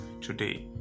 today